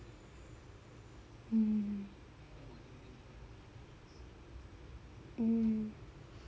mm mm